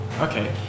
Okay